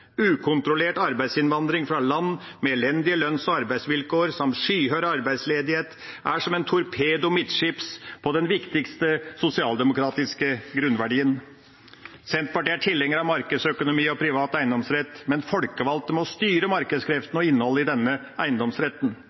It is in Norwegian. Ukontrollert arbeidsinnvandring fra land med elendige lønns- og arbeidsvilkår, samt skyhøy arbeidsledighet, er som en torpedo midtskips på den viktigste sosialdemokratiske grunnverdien. Senterpartiet er tilhenger av markedsøkonomi og privat eiendomsrett, men folkevalgte må styre markedskreftene og innholdet i denne eiendomsretten.